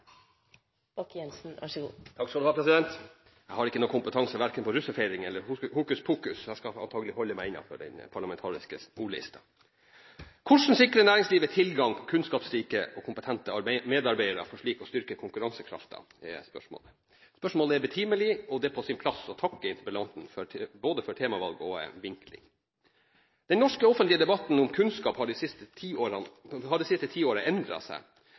eller hokuspokus, så jeg skal holde meg innenfor den parlamentariske ordlisten. Hvordan sikre næringslivet tilgang på kunnskapsrike og kompetente medarbeidere, for slik å styrke konkurransekraften? Det er spørsmålet. Spørsmålet er betimelig, og det er på sin plass å takke interpellanten for både temavalg og vinkling. Den norske offentlige debatten om kunnskap har det siste tiåret endret seg.